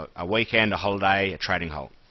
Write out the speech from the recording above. a weekend, a holiday, a trading halt.